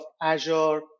Azure